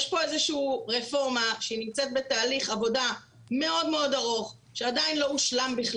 יש פה רפורמה שנמצאת בתהליך עבודה מאוד-מאוד ארוך שעדין לא הושלם,